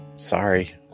Sorry